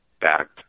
back